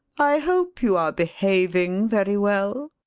i hope you are behaving very well.